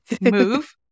Move